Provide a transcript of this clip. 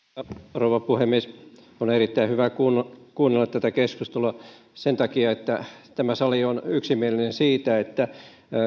rouva puhemies on erittäin hyvä kuunnella tätä keskustelua sen takia että tämä sali on yksimielinen siitä että